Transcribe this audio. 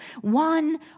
one